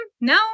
no